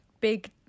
big